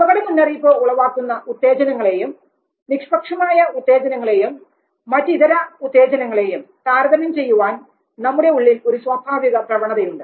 അപകട മുന്നറിയിപ്പ് ഉളവാക്കുന്ന ഉത്തേജനങ്ങളെയും നിഷ്പക്ഷമായ ഉത്തേജനങ്ങളെയും മറ്റിതര ഉത്തേജനങ്ങളെയും താരതമ്യം ചെയ്യാൻ നമ്മുടെ ഉള്ളിൽ ഒരു സ്വാഭാവിക പ്രവണതയുണ്ട്